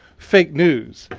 fake news.